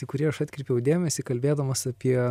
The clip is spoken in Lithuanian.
į kurį aš atkreipiau dėmesį kalbėdamas apie